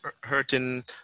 hurting